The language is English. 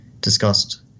discussed